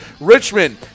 Richmond